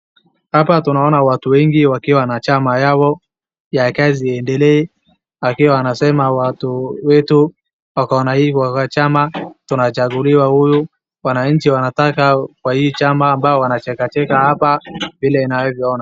Hapa tunaona watu wengi wakiwa na chama yao ya kazi iendelee akiwa anasema watu wetu ako na hii chama tunachaguliwa huyu, wananchi wanataka wa hii chama ambayo wanacheka cheka hapa vile inavyo ona.